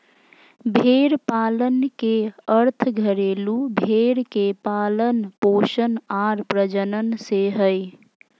भेड़ पालन के अर्थ घरेलू भेड़ के पालन पोषण आर प्रजनन से हइ